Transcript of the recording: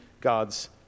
God's